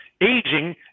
aging